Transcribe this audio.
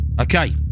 Okay